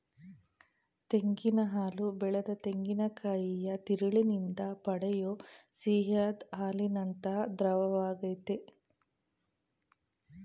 ತೆಂಗಿನ ಹಾಲು ಬೆಳೆದ ತೆಂಗಿನಕಾಯಿಯ ತಿರುಳಿನಿಂದ ಪಡೆಯೋ ಸಿಹಿಯಾದ್ ಹಾಲಿನಂಥ ದ್ರವವಾಗಯ್ತೆ